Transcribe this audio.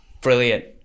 Brilliant